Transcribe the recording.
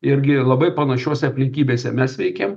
irgi labai panašiose aplinkybėse mes veikiam